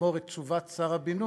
לגמור את תשובת שר הבינוי,